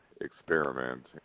experiment